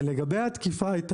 לגבי התקיפה,